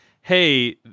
hey